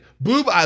boob